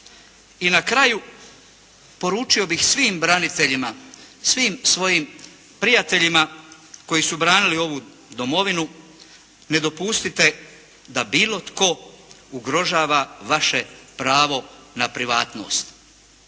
I na kraju poručio bih svim braniteljima, svim svojim prijateljima koji su branili ovu domovinu, ne dopustite da bilo tko ugrožava vaše pravo na privatnost.